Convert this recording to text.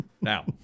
Now